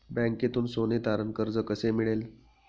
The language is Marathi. बँकेतून सोने तारण कर्ज कसे मिळेल?